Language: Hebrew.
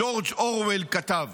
ג'ורג' אורוול כתב